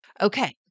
Okay